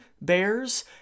bears